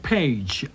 Page